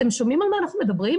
אתם שומעים על מה אנחנו מדברים?